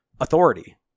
authority